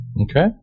Okay